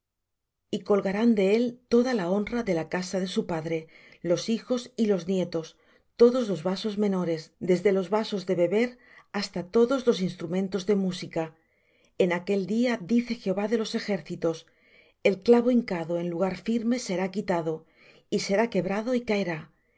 y colgarán de él toda la honra de la casa de su padre los hijos y los nietos todos los vasos menores desde los vasos de beber hasta todos los instrumentos de música en aquel día dice jehová de los ejércitos el clavo hincado en lugar firme será quitado y será quebrado y caerá